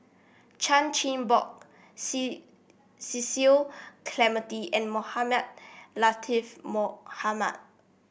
Chan Chin Bock Cecil Clementi and Mohamed Latiff Mohamed